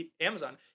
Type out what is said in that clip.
Amazon